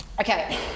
Okay